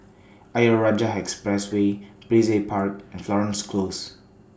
Ayer Rajah Expressway Brizay Park and Florence Close